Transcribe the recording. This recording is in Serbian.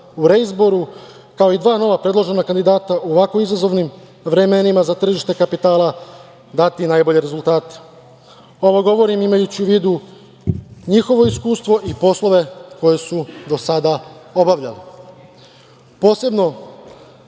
u reizboru, kao i dva nova predložena kandidata u ovako izazovnim vremenima za tržište kapitala dati najbolje rezultate. Ovo govorim, imajući u vidu, njihovo iskustvo i poslove koje su do sada obavljali. Posebno